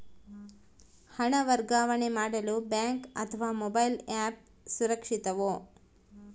ಹಣ ವರ್ಗಾವಣೆ ಮಾಡಲು ಬ್ಯಾಂಕ್ ಅಥವಾ ಮೋಬೈಲ್ ಆ್ಯಪ್ ಸುರಕ್ಷಿತವೋ?